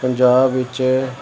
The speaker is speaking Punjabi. ਪੰਜਾਬ ਵਿੱਚ